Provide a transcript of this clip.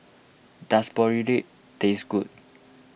Does Boribap taste good